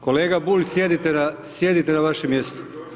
Kolega Bulj, sjednite na vaše mjesto.